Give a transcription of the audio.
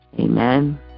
Amen